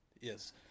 Yes